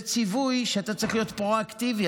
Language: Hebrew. זה ציווי שאתה צריך להיות פרו-אקטיבי,